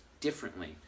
differently